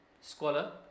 scholar